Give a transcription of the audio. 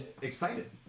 excited